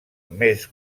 més